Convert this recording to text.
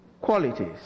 qualities